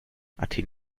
athen